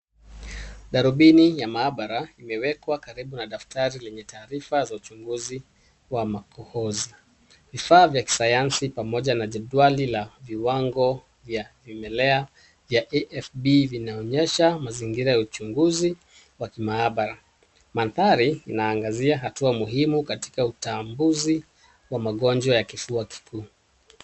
Darubini ya mahabara imewekwa karibu na daftari lenye taarifa za uchunguzi wa makohisi. Vifaa vya kisayansi pamoja na jedwali la viwango vya vimelea ya AFB vinionyesha zingine za uchunguzi wa kimaabara. Mandari inaangazia hatua muhimu katika utambuzi wa magonjwa ya kifua kikuu.